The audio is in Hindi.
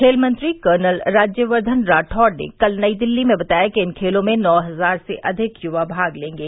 खेल मंत्री कर्नल राज्यवर्द्घन राठौड़ ने कल नई दिल्ली में बताया कि इन खेलों में नौ हजार से अधिक युवा भाग लेंगे